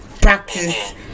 practice